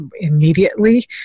immediately